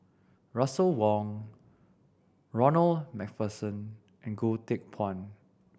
Russel Wong Ronald Macpherson and Goh Teck Phuan